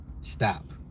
Stop